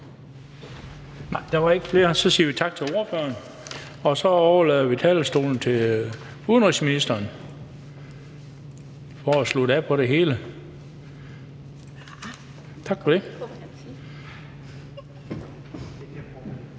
vi siger tak til ordføreren. Så overlader vi talerstolen til udenrigsministeren for at slutte det hele af.